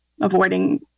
avoiding